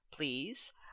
Please